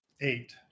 Eight